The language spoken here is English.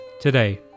today